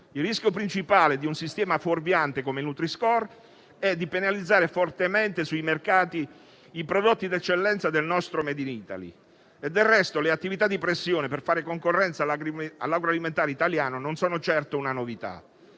Il rischio principale di un sistema fuorviante come il nutri-score è di penalizzare fortemente sui mercati i prodotti d'eccellenza del nostro *made in Italy*. Del resto, le attività di pressione per fare concorrenza all'agroalimentare italiano non sono certo una novità.